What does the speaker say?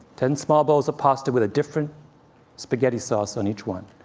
ten small bowls of pasta, with a different spaghetti sauce on each one.